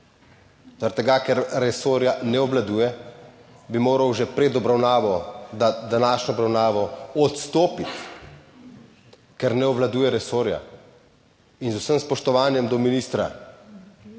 tega, ker resorja ne obvladuje, bi moral že pred obravnavo, današnjo obravnavo, odstopiti, ker ne obvladuje resorja in z vsem spoštovanjem do ministra,